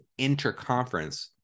interconference